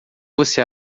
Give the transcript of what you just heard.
você